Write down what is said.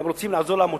הם רוצים לעזור לעמותות,